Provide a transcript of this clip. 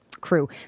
crew